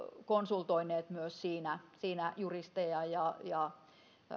konsultoineet siinä siinä myös juristeja ja ja